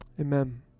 Amen